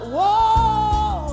Whoa